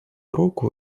руку